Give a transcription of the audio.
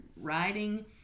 writing